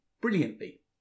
brilliantly